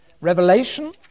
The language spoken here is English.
Revelation